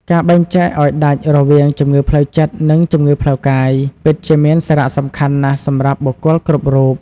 ការបែងចែកឱ្យដាច់រវាងជំងឺផ្លូវចិត្ត និងជំងឺផ្លូវកាយ ពិតជាមានសារៈសំខាន់ណាស់សម្រាប់បុគ្គលគ្រប់រួប។